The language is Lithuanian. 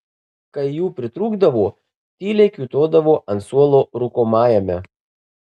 kai jų pritrūkdavo tyliai kiūtodavo ant suolo rūkomajame